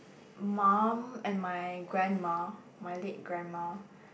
mum and my grandma my late grandma